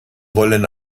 wollen